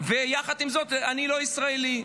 ויחד עם זאת אני לא ישראלי?